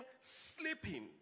sleeping